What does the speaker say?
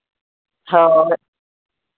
ᱦᱳᱭ